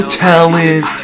talent